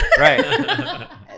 right